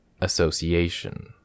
association